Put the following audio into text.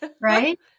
Right